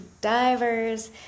divers